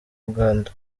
uganda